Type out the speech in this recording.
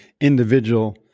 individual